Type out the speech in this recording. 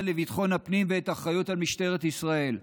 לביטחון הפנים ואת האחריות למשטרת ישראל.